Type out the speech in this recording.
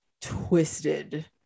twisted